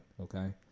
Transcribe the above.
okay